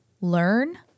learn